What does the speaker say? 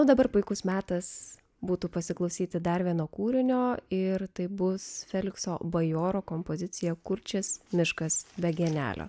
o dabar puikus metas būtų pasiklausyti dar vieno kūrinio ir taip bus felikso bajoro kompozicija kurčias miškas be gėlelę